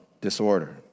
disorder